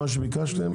כמו שביקשתם,